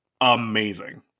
amazing